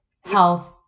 health